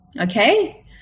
Okay